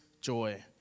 joy